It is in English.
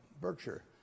Berkshire